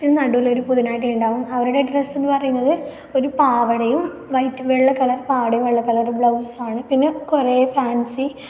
നടുവിൽ ഒരു പുതുനാരി ഉണ്ടാകും അവരുടെ ഡ്രെസ്സ് എന്ന് പറയുന്നത് ഒരു പാവാടയും വൈറ്റ് വെള്ള ക്കളർ പാവടയും വെള്ളക്കളർ ബ്ലൗസ്സാണ് പിന്നെ കുറേ ഫാൻസി